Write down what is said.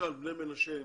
בני מנשה.